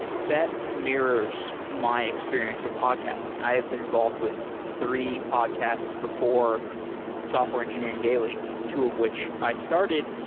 that mirrors my experience with podcasting. i've been involved with three podcasts before software engineering daily, two of which i started,